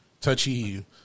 touchy –